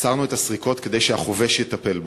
עצרנו את הסריקות כדי שהחובש יטפל בו.